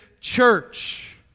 church